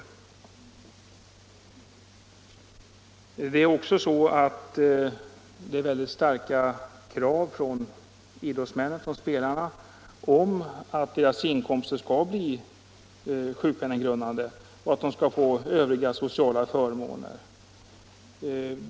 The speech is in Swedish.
Idrottsmännen själva ställer också starka krav på att 135 deras idrottsinkomster skall bli sjukpenninggrundande och berättiga till övriga sociala förmåner.